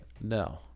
No